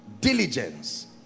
Diligence